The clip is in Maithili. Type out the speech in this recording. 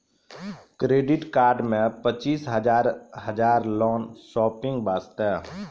क्रेडिट कार्ड मे पचीस हजार हजार लोन शॉपिंग वस्ते?